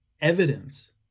evidence